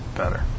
better